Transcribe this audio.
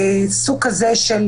סוג כזה של